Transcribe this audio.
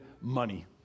money